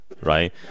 right